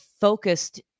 focused